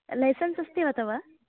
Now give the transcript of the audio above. licence अस्ति वा तव